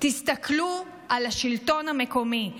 תסתכלו על השלטון המקומי,